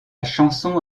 chanson